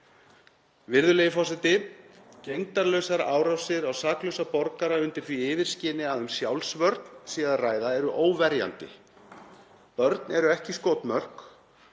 Virðulegi forseti. Gegndarlausar árásir á saklausa borgara undir því yfirskini að um sjálfsvörn sé að ræða eru óverjandi. Börn eru ekki skotmörk,